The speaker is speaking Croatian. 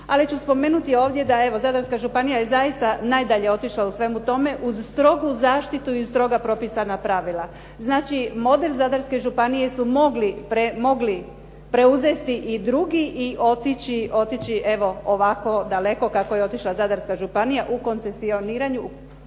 Ali ću spomenuti ovdje da evo Zadarska županija je zaista najdalje otišla u svemu tome, uz strogu zaštitu i stroga propisana pravila. Znači model Zadarske županije su mogli preuzeti i drugi i otići evo ovako daleko kako je otišla Zadarska županija u koncesioniranju